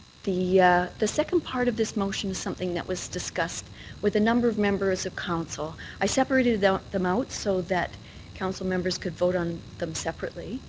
the the second part of this motion is something that was discussed with a number of members of council. i separated them them out so that council members could vote on them separately.